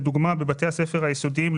למשל בבתי הספר היסודיים,